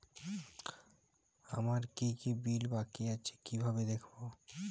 আমার কি কি বিল বাকী আছে কিভাবে দেখবো?